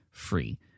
free